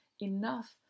enough